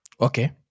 Okay